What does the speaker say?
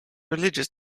religious